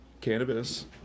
cannabis